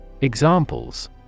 Examples